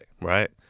Right